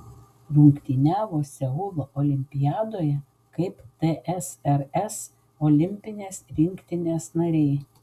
rungtyniavo seulo olimpiadoje kaip tsrs olimpinės rinktinės nariai